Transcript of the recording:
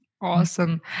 Awesome